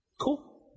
Cool